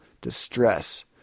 distress